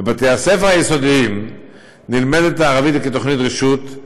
בבתי-הספר היסודיים נלמדת הערבית כתוכנית רשות,